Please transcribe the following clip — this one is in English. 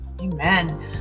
Amen